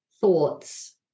thoughts